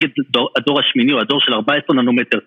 הדור השמיני הוא הדור של 14 ננומטר